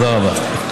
תודה רבה.